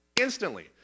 Instantly